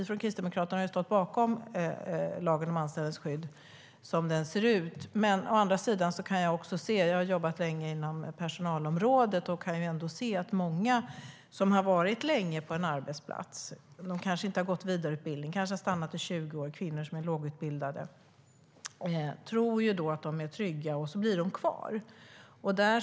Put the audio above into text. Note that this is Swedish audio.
Kristdemokraterna har stått bakom lagen om anställningsskydd som den ser ut nu. Men jag har jobbat länge inom personalområdet och kan se att många som har varit på en arbetsplats länge tror att de är trygga och blir därför kvar. De, ofta lågutbildade kvinnor, har kanske inte gått vidareutbildning och har stannat i kanske 20 år.